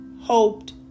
hoped